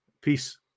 Peace